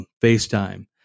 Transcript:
FaceTime